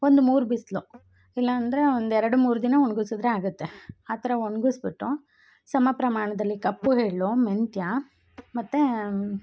ಒಂದು ಮೂರು ಬಿಸಿಲು ಇಲ್ಲ ಅಂದರೆ ಒಂದೆರಡು ಮೂರು ದಿನ ಒಣಗಿಸುದ್ರೆ ಆಗುತ್ತೆ ಆ ಥರ ಒಣಗಿಸ್ಬಿಟ್ಟು ಸಮ ಪ್ರಮಾಣದಲ್ಲಿ ಕಪ್ಪು ಎಳ್ಳು ಮೆಂತ್ಯ ಮತ್ತು